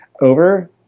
over